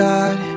God